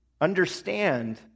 Understand